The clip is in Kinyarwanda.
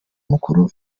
mukuru